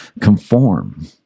conform